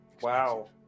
Wow